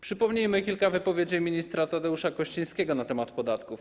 Przypomnijmy kilka wypowiedzi ministra Tadeusza Kościńskiego na temat podatków.